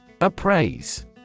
Appraise